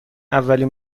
ولین